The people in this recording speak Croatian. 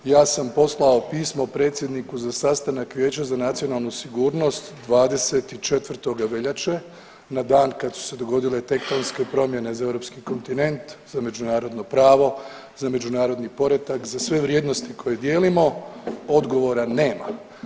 Ja sam poslao pismo predsjedniku za sastanak Vijeća za nacionalnu sigurnost 24. veljače na dan kad su se dogodile tektonske promjene za europski kontinent, za međunarodno pravo, za međunarodni poredak, za sve vrijednosti koje dijelimo, odgovora nema.